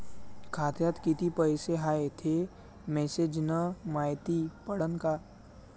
खात्यात किती पैसा हाय ते मेसेज न मायती पडन का?